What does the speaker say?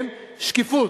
כן, שקיפות,